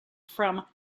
from